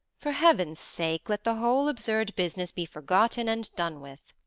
for heaven's sake, let the whole absurd business be forgotten and done with!